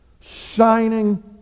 shining